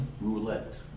Roulette